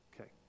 Okay